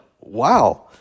wow